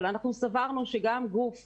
אבל אנחנו סברנו שגם לגבי גוף